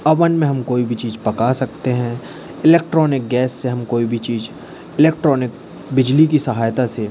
oven में हम कोई भी चीज़ पका सकते हैं इलेक्ट्रॉनिक गैस से हम कोई भी चीज़ इलेक्ट्रॉनिक बिजली की सहायता से